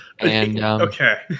Okay